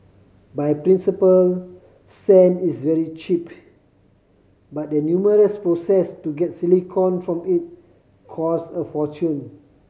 by principle sand is very cheap but the numerous processes to get silicon from it cost a fortune